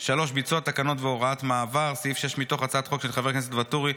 2 ו-4 מתוך הצעת החוק של חבר הכנסת אוהד טל,